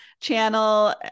channel